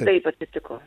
taip atsitiko